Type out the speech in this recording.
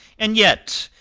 and yet,